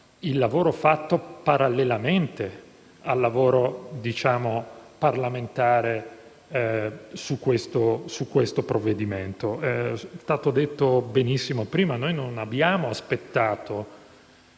il lavoro svolto parallelamente al lavoro parlamentare su questo provvedimento. Come è stato detto benissimo prima, noi non abbiamo solo aspettato